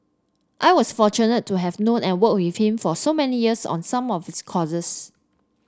I was fortunate to have known and worked with him for so many years on some of his causes